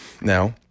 now